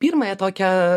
pirmąją tokią